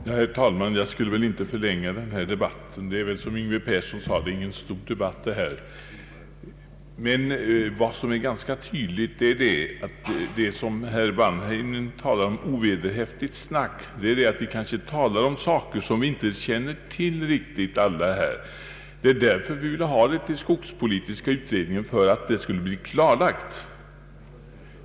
Herr talman! Jag skall inte förlänga debatten. Som herr Yngve Persson sade är detta ingen stor debatt. Men det är ganska tydligt att vad herr Wanhainen kallar ovederhäftigt snack består i att vi talar om saker som kanske inte alla här känner till riktigt. Det är därför jag vill överlämna ärendet till skogspolitiska utredningen för att få det klarlagt.